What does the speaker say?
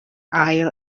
ail